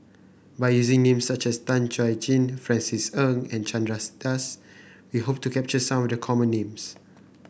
by using names such as Tan Chuan Jin Francis Ng and Chandra Das we hope to capture some of the common names